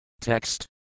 Text